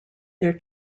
their